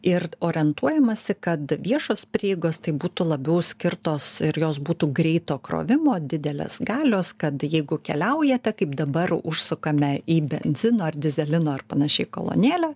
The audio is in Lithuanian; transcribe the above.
ir orientuojamasi kad viešos prieigos tai būtų labiau skirtos ir jos būtų greito krovimo didelės galios kad jeigu keliaujate kaip dabar užsukame į benzino ar dyzelino ar panašiai kolonėlę